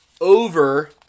over